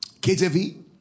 KJV